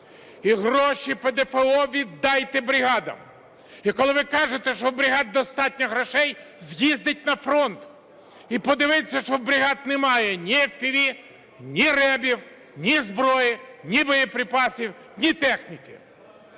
і гроші ПДФО віддайте бригадам. І коли ви кажете, що у бригад достатньо грошей, з'їздіть на фронт і подивіться, що у бригад немає ні FPV, ні РЕБ, ні зброї, ні боєприпасів, ні техніки.